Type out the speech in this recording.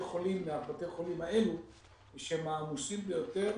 חולים מבתי החולים האלו שהם העמוסים ביותר,